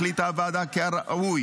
החליטה הוועדה כי ראוי